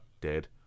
dead